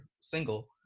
single